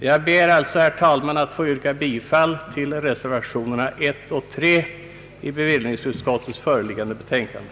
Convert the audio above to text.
Jag ber alltså, herr talman, att få yrka bifall till reservationerna 1 och 3 till bevillningsutskottets föreliggande betänkande.